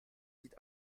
sieht